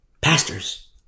pastors